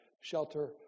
shelter